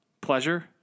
pleasure